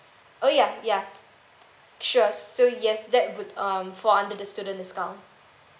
oh ya ya sure so yes that good um for under the student discount